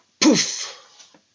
Poof